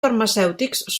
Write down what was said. farmacèutics